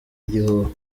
igihuha